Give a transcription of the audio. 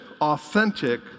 authentic